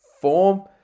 form